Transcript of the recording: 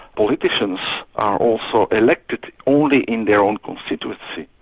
politicians are also elected only in their own constituency.